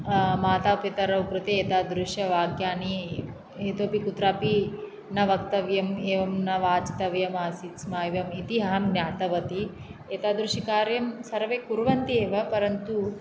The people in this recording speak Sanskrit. मातापितरौ कृते एतादश्य वाक्यानि इतोपि कुत्रापि न वक्तव्यम् एवं न वाचितव्यम् आसीत् स्म इति अहं ज्ञातवती एतादृशी कार्यं सर्वे कुर्वन्ति एव परन्तु